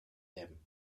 them